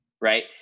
right